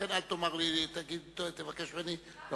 לכן אל תבקש ממני לומר,